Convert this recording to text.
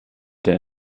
der